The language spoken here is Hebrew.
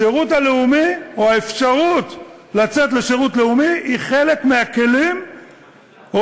השירות הלאומי והאפשרות לצאת לשירות לאומי הם חלק מהכלים או